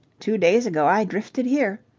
two days ago i drifted here.